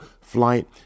flight